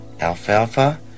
Alfalfa